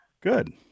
Good